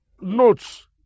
Notes